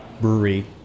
brewery